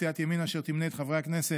סיעת ימינה, אשר תמנה את חברי הכנסת